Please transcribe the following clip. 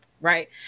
Right